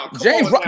James